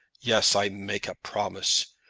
yes, i make a promise.